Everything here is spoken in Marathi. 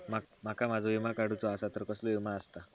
माका माझो विमा काडुचो असा तर कसलो विमा आस्ता?